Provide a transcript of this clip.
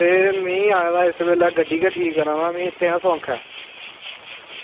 ते में इस बेल्लै आये दा गड्डी गै ठीक कराना इस बेल्लै स्वांखै